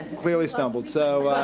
clearly stumbled. so